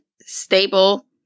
stable